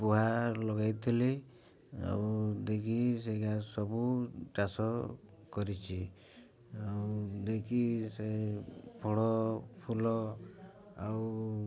ପୁହା ଲଗାଇଥିଲି ଆଉ ଦେଇକି ସେ ଗାଁ ସବୁ ଚାଷ କରିଛି ଆଉ ଦେଇକି ସେ ଫଳ ଫୁଲ ଆଉ